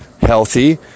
healthy